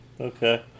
okay